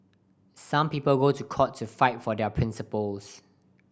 some people go to court to fight for their principles